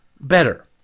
better